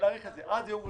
להאריך את זה עד יום ראשון,